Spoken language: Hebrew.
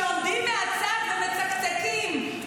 שעומדים מהצד ומצקצקים.